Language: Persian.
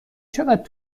چقدر